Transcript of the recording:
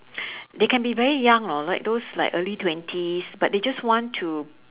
they can be very young lor like those like early twenties but they just want to